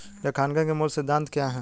लेखांकन के मूल सिद्धांत क्या हैं?